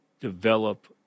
develop